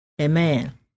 Amen